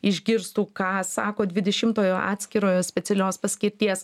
išgirstų ką sako dvidešimtojo atskirojo specialios paskirties